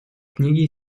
книги